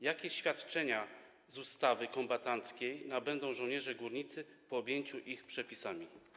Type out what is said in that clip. Jakie świadczenia z ustawy kombatanckiej nabędą żołnierze górnicy po objęciu ich przepisami?